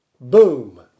Boom